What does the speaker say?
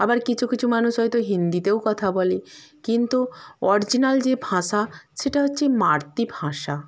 আবার কিছু কিছু মানুষ হয়তো হিন্দিতেও কথা বলে কিন্তু অরিজিনাল যে ভাষা সেটা হচ্চে মাতৃভাষা